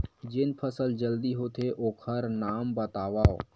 जेन फसल जल्दी होथे ओखर नाम बतावव?